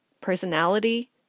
personality